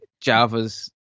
Java's